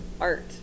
art